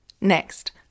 Next